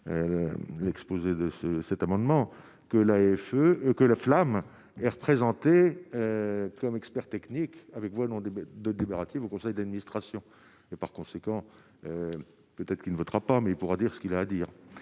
l'exposé de ce cet amendement. Que l'AFE que la flamme est représenté un expert technique avec moi, non de délibératives au conseil d'administration et par conséquent, peut-être qu'il ne votera pas, mais pourra dire ce qu'il a à dire,